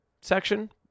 section